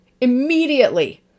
immediately